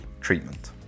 treatment